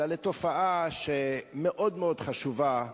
אלא לתופעה שמאוד מאוד חשוב לדבר עליה.